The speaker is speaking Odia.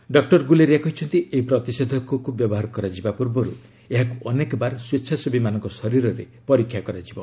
ଡକ୍ଟର ଗୁଲେରିଆ କହିଛନ୍ତି ଏହି ପ୍ରତିଷେଧକକୁ ବ୍ୟବହାର କରାଯିବା ପୂର୍ବରୁ ଏହାକୁ ଅନେକବାର ସ୍ୱେଚ୍ଛାସେବୀମାନଙ୍କ ଶରୀରରେ ପରୀକ୍ଷା କରାଯିବ